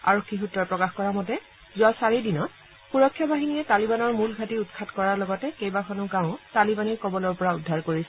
আৰক্ষী সূত্ৰই প্ৰকাশ কৰা মতে যোৱা চাৰি দিনত সুৰক্ষা বাহিনীয়ে তালিবানৰ মূল ঘাটি উৎখাত কৰাৰ লগতে কেইবাখনো গাঁও তালিবানীৰ কবলৰ পৰা উদ্ধাৰ কৰিছে